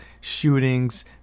shootings